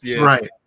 Right